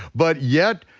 but yet,